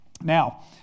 Now